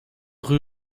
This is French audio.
rue